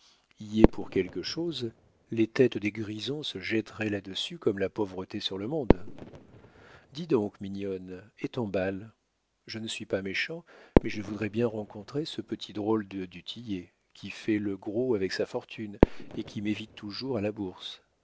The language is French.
y est pour quelque chose les têtes des grisons se jetteraient là-dessus comme la pauvreté sur le monde dis donc mignonne et ton bal je ne suis pas méchant mais je voudrais bien rencontrer ce petit drôle de du tillet qui fait le gros avec sa fortune et qui m'évite toujours à la bourse